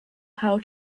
how